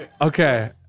Okay